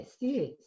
yes